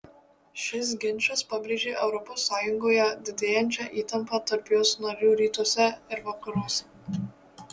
šis ginčas pabrėžė europos sąjungoje didėjančią įtampą tarp jos narių rytuose ir vakaruose